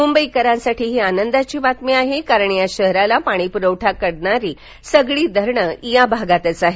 मुंबईकरांसाठी ही आनंदाची बातमी आहे कारण या शहराला पाणीपुरवठा करणारी सगळी धरणं या भागातच आहेत